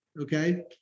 okay